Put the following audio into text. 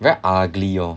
very ugly hor